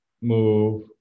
move